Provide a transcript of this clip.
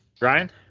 Ryan